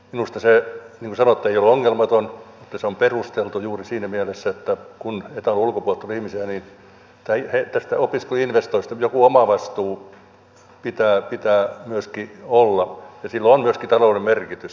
minusta se niin kuin sanottu ei ole ongelmaton mutta se on perusteltu juuri siinä mielessä että kun eta alueen ulkopuolelta tulee ihmisiä niin tästä opiskeluinvestoinnista joku omavastuu pitää myöskin olla ja sillä on myöskin taloudellinen merkitys